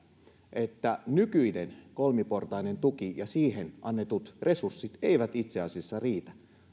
että nykyinen kolmiportainen tuki ja siihen annetut resurssit eivät itse asiassa riitä